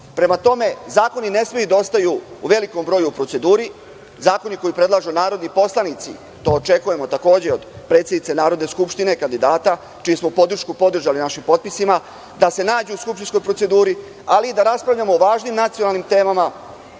Prema tome, zakoni ne smeju da ostaju u velikom broju u proceduri. Zakoni koje predlažu narodni poslanici, to očekujemo od predsednice Narodne skupštine, kandidata, koju smo podržali našim potpisima, da se nađu u skupštinskoj proceduri, ali i da raspravljamo o važnim nacionalnim temama